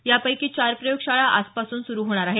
यापैकी चार प्रयोगशाळा आजपासून सुरु होणार आहेत